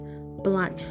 black